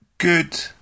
good